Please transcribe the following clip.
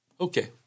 Okay